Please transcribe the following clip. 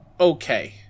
Okay